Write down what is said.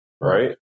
Right